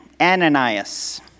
Ananias